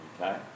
okay